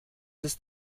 ist